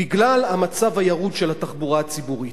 בגלל המצב הירוד של התחבורה הציבורית.